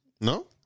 No